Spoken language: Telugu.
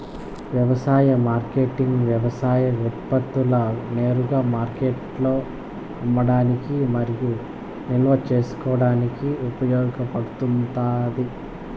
వ్యవసాయ మార్కెటింగ్ వ్యవసాయ ఉత్పత్తులను నేరుగా మార్కెట్లో అమ్మడానికి మరియు నిల్వ చేసుకోవడానికి ఉపయోగపడుతాది